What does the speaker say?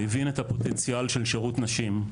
והבין את הפוטנציאל של שירות נשים.